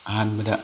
ꯑꯍꯥꯟꯕꯗ